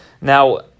Now